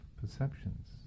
perceptions